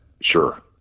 Sure